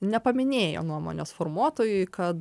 nepaminėjo nuomonės formuotojui kad